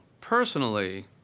personally